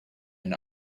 and